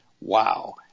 Wow